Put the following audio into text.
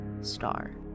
star